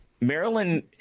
maryland